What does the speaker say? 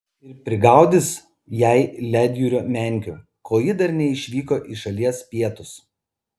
ir prigaudys jai ledjūrio menkių kol ji dar neišvyko į šalies pietus